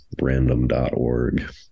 random.org